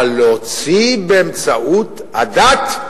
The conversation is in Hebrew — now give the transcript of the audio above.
אבל להוציא באמצעות הדת,